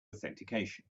authentication